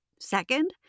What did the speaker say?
Second